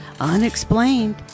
unexplained